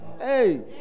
Hey